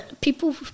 People